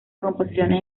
composiciones